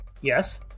yes